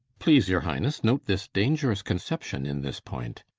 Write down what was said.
please your highnesse note this dangerous conception in this point,